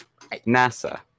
NASA